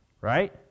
Right